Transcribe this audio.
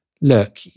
Look